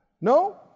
No